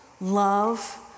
love